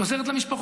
היא עוזרת למשפחות,